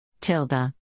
Tilda